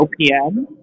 OPM